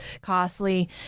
costly